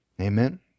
Amen